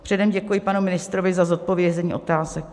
Předem děkuji panu ministrovi za zodpovězení otázek.